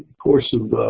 course of